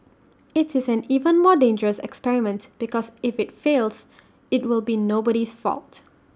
IT is an even more dangerous experiment because if IT fails IT will be nobody's fault